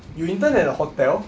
you intern at a hotel